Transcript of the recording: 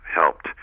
helped